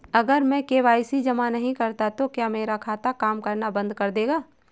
अगर मैं के.वाई.सी जमा नहीं करता तो क्या मेरा खाता काम करना बंद कर देगा?